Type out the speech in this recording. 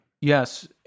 Yes